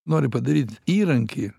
noriu padaryt įrankį